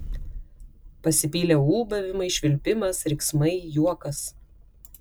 pasipylė ūbavimai švilpimas riksmai juokas